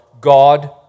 God